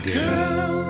Girl